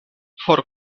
for